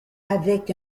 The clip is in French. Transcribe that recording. avec